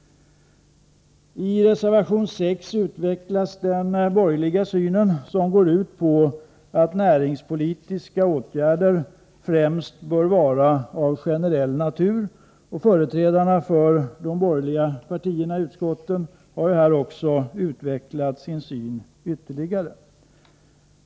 I reservation 6 redovisas den borgerliga synen, som går ut på att näringspolitiska åtgärder främst bör vara av generell natur. De borgerliga partiernas företrädare i utskottet har här utvecklat denna tanke ytterligare.